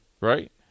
right